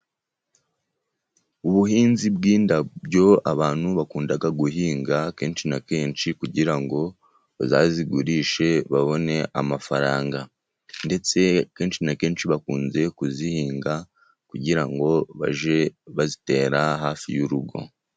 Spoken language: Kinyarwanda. Ubuhinzi bw'indabyo abantu bakunda guhinga, kenshi na kenshi kugira ngo bazazigurishe babone amafaranga, ndetse kenshi na kenshi bakunze kuzihinga kugira ngo bajye bazitera hafi y'urugo.